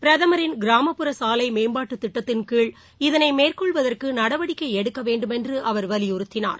பிரதமரின் கிராமட்புற சாலை மேம்பாட்டு திட்டத்தின் கீழ் இதனை மேற்கொள்வதற்கு நடவடிக்கை எடுக்க வேண்டுமென்று அவர் வலியுறுத்தினார்